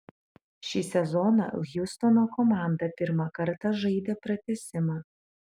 šį sezoną hjustono komanda pirmą kartą žaidė pratęsimą